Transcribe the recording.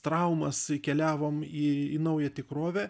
traumas keliavom į į naują tikrovę